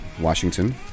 Washington